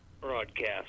Broadcast